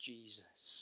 Jesus